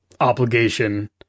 obligation